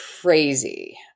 crazy